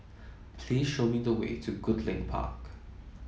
please show me the way to Goodlink Park